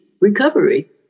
recovery